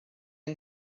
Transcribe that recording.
yng